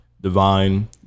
Divine